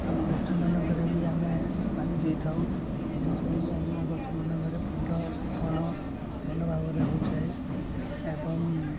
ଆମ ଗଛମାନଙ୍କରେ ବି ଆମେ ପାଣି ଦେଇଥାଉ ଯେଉଁଥିପାଇଁକିି ଆମ ଗଛମାନଙ୍କରେ ଫୁଲଫଳ ଭଲ ଭାବରେ ହେଉଥାଏ ଏବଂ